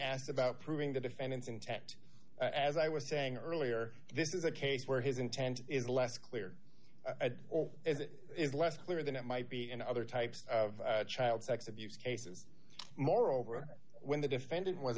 asked about proving the defendant's intact as i was saying earlier this is a case where his intent is less clear at all as it is less clear than it might be in other types of child sex abuse cases moreover when the defendant w